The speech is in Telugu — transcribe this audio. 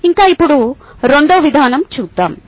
ఇంకా ఇప్పుడు రెండో విధానం చూదాం